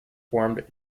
formed